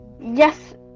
yes